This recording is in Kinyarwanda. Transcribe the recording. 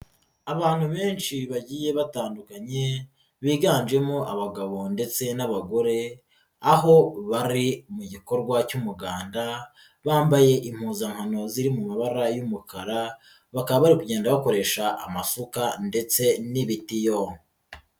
Abantu benshi bagiye batandukanye biganjemo abagabo ndetse n'abagore, aho bari mu gikorwa cy'umuganda, bambaye impuzankano ziri mu mabara y'umukara bakaba bari kugenda bakoresha amafuka ndetse n'ibitiyo.